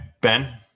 Ben